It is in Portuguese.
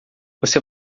você